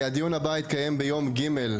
הדיון הבא יתקיים ביום ג',